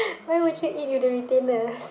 why would you eat with the retainer